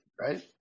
Right